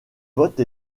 vote